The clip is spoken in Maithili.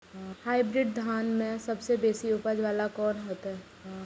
हाईब्रीड धान में सबसे बेसी उपज बाला कोन हेते?